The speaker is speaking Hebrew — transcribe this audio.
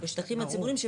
רק בשטחים הציבוריים.